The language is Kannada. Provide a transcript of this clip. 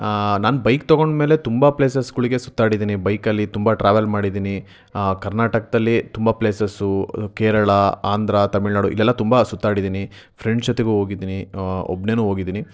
ನಾನು ಬೈಕ್ ತೊಗೊಂಡ ಮೇಲೆ ತುಂಬ ಪ್ಲೇಸಸ್ಗಳಿಗೆ ಸುತ್ತಾಡಿದ್ದೀನಿ ಬೈಕಲ್ಲಿ ತುಂಬ ಟ್ರಾವೆಲ್ ಮಾಡಿದ್ದೀನಿ ಕರ್ನಾಟಕದಲ್ಲಿ ತುಂಬ ಪ್ಲೇಸಸ್ಸು ಕೇರಳ ಆಂಧ್ರ ತಮಿಳ್ ನಾಡು ಇಲ್ಲೆಲ್ಲ ತುಂಬ ಸುತ್ತಾಡಿದ್ದೀನಿ ಫ್ರೆಂಡ್ಸ್ ಜೊತೆಗೂ ಹೋಗಿದ್ದೀನಿ ಒಬ್ನೇ ಹೋಗಿದ್ದೀನಿ